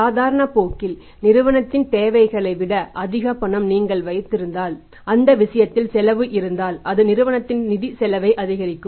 சாதாரண போக்கில் நிறுவனத்தில் தேவைகளை விட அதிகமான பணத்தை நீங்கள் வைத்திருந்தால் அந்த விஷயத்தில் செலவு இருந்தால் அது நிறுவனத்தின் நிதி செலவை அதிகரிக்கும்